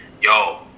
yo